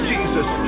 Jesus